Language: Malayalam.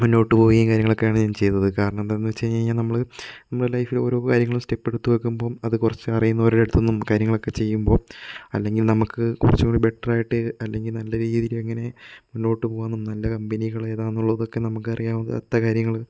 മുന്നോട്ടുപ്പോയി കാര്യങ്ങളൊക്കെയാണ് ഞാൻ ചെയ്തത് കാരണം എന്താന്ന് വെച്ചുകഴിഞ്ഞ് കഴിഞ്ഞാൽ നമ്മള് നമ്മുടെ ലൈഫില് ഓരോ കാര്യങ്ങളും സ്റ്റെപ്പെട്ത്ത് വയ്ക്കുമ്പം അത് കുറച്ച് അറിയുന്നവരുടെ അടുത്ത് നിന്നും കാര്യങ്ങളൊക്കെ ചെയ്യുമ്പോൾ അല്ലെങ്കിൽ നമ്മക്ക് കുറച്ചുംകൂടി ബെറ്ററായിട്ട് അല്ലെങ്കിൽ നല്ല രീതിയിൽ അങ്ങനെ മുന്നോട്ട് പോവാന്നും നല്ല കമ്പനികള് ഏതാന്ന് ഉള്ളതൊക്കെ നമുക്ക് അറിയാവുന്നാത്ത കാര്യങ്ങള്